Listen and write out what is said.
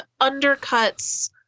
undercuts